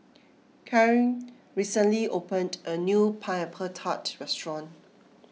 Cain recently opened a new Pineapple Tart restaurant